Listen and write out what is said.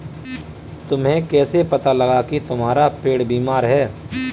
तुम्हें कैसे पता लगा की तुम्हारा पेड़ बीमार है?